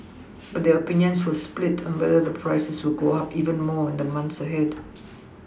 but their oPinions were split on whether the prices would go up even more in the months ahead